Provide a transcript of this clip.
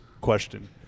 question